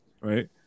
right